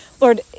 Lord